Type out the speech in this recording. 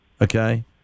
okay